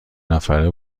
نفره